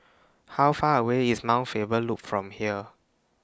How Far away IS Mount Faber Loop from here